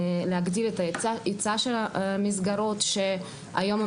להגדיל את ההיצע של המסגרות שהיום הן